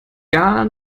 gar